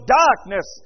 darkness